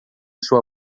sua